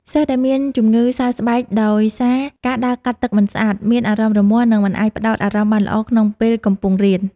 សិស្សដែលមានជំងឺសើស្បែកដោយសារការដើរកាត់ទឹកមិនស្អាត មានអារម្មណ៍រមាស់ និងមិនអាចផ្ដោតអារម្មណ៍បានល្អក្នុងពេលកំពុងរៀន។